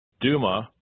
Duma